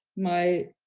my